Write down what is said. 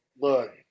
look